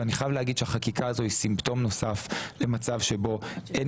אבל אני חייב להגיד שהחקיקה הזו היא סימפטום נוסף למצב שבו אין